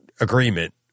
agreement